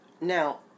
Now